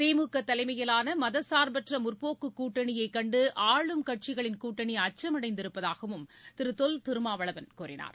திமுக தலைமையிலான மதச்சா்பற்ற முற்போக்கு கூட்டணியை கண்டு ஆளும் கட்சிகளின் கூட்டணி அச்சம் அடைந்திருப்பதாகவும் திரு தொல் திருமாவளவன் கூறினார்